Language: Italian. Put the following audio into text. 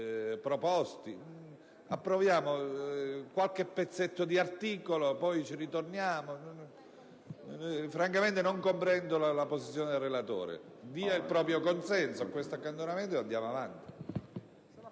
proposti. Perché approvare qualche pezzetto di articolo per poi tornarci su? Francamente non comprendo la posizione del relatore: dia il proprio consenso all'accantonamento e andiamo avanti.